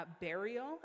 burial